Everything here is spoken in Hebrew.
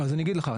אז אני אגיד לך,